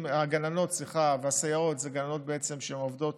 שהגננות והסייעות בהם הן גננות שהן עובדות